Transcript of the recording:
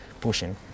pushing